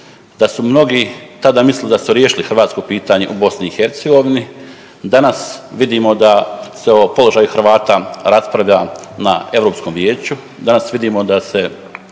da su mnogi tada mislili da su riješili hrvatsko pitanje u BiH. Danas vidimo da se o položaju Hrvata raspravlja na Europskom vijeću.